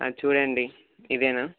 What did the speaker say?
చూడండి ఇదేనా